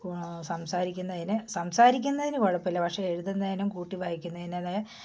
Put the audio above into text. സംസാരിക്കുന്നതിന് സംസാരിക്കുന്നതിന് കുഴപ്പമില്ല പക്ഷേ എഴുതുന്നതിനും കൂട്ടി വായിക്കുന്നതിൻറ്റേതായ